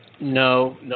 No